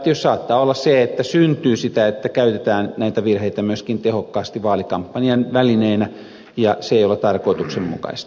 tietysti saattaa olla että syntyy sitä että käytetään näitä virheitä myöskin tehokkaasti vaalikampanjan välineenä ja se ei ole tarkoituksenmukaista